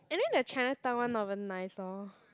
and then the Chinatown [one] not even nice lor